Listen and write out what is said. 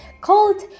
called